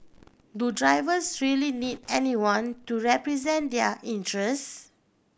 do drivers really need anyone to represent their interest